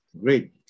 great